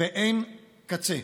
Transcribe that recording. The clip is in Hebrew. ואין קצה.